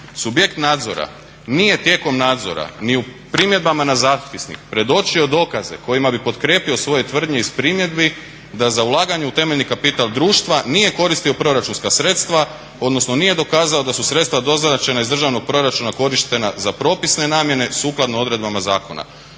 Subjekt nadzora nije tijekom nadzora ni u primjedbama na zapisnik predočio dokaze kojima bi potkrijepio svoje tvrdnje iz primjedbi da za ulaganje u temeljni kapital društva nije koristio proračunska sredstva, odnosno nije dokazao da su sredstva doznačena iz državnog proračuna korištena za propisne namjene sukladno odredbama zakona.